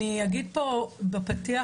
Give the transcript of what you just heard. אני אגיד פה בפתיח,